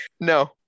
No